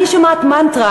אני שומעת מנטרה,